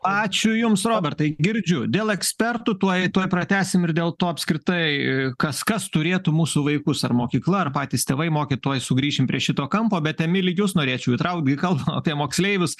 ačiū jums robertai girdžiu dėl ekspertų tuoj tuoj pratęsim ir dėl to apskritai kas kas turėtų mūsų vaikus ar mokykla ar patys tėvai mokyt tuoj sugrįšim prie šito kampo bet emili jus norėčiau įtraukt į kalbą apie moksleivius